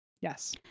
Yes